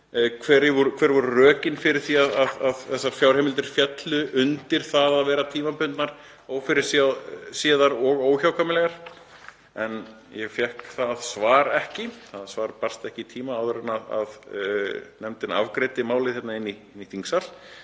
og rök fyrir því að þessar fjárheimildir féllu undir það að vera tímabundnar, ófyrirséðar og óhjákvæmilegar. Ég fékk það svar ekki, það barst ekki í tíma áður en nefndin afgreiddi málið frá sér inn í þingsal.